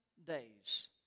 Days